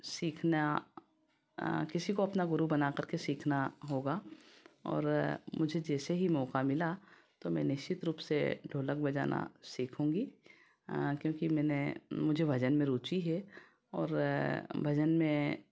सीखना किसी को अपना गुरू बनाकर के सीखना होगा और मुझे जैसे ही मौका मिला तो मैं निश्चित रूप से ढोलक बजाना सीखूँगी क्योंकि मैंने मुझे भजन में रूचि है और भजन में